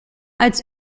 als